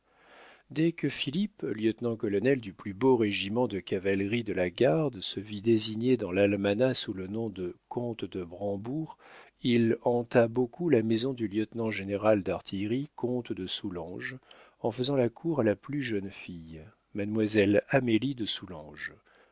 dès que philippe lieutenant-colonel du plus beau régiment de cavalerie de la garde se vit désigné dans l'almanach sous le nom de comte de brambourg il hanta beaucoup la maison du lieutenant-général d'artillerie comte de soulanges en faisant la cour à la plus jeune fille mademoiselle amélie de soulanges